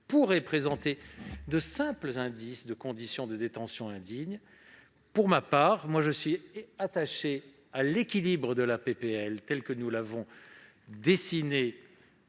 pourrait présenter de simples indices de conditions de détention indignes. Pour ma part, je suis attaché à l'équilibre de la proposition de